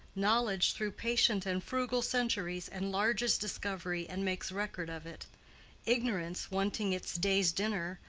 knowledge, through patient and frugal centuries, enlarges discovery and makes record of it ignorance, wanting its day's dinner,